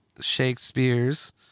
Shakespeare's